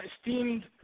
esteemed